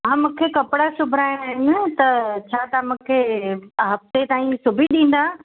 हा मूंखे कपिड़ा सुबाइणा आहिनि त छा तव्हां मूंखे हफ़्ते ताईं सुबी ॾींदा